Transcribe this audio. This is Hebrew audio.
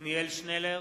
עתניאל שנלר,